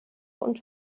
und